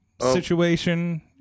situation